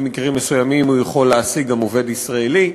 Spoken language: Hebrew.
במקרים מסוימים הוא יכול להעסיק גם עובד ישראלי.